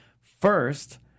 First